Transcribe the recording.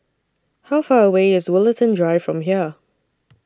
How Far away IS Woollerton Drive from here